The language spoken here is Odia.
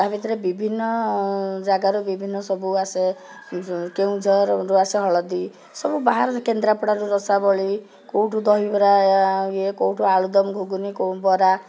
ତାହା ଭିତରେ ବିଭିନ୍ନ ଜାଗାରୁ ବିଭିନ୍ନ ସବୁ ଆସେ କେଉଁଝରରୁ ଆସେ ହଳଦୀ ସବୁ ବାହାରୁ କେନ୍ଦ୍ରାପଡ଼ାରୁ ରସାବଳୀ କେଉଁଠୁ ଦହିବରା ଇଏ କେଉଁଠୁ ଆଳୁଦମ ଘୁଗୁନି କେଉଁ ବରା